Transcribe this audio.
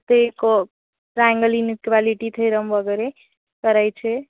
ते को triangle inequality theorem वगैरे करायचे